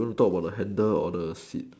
on top got the handle on the seat